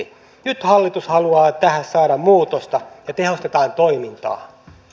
nyt hallitus haluaa tähän saada muutosta ja tehostetaan toimintaa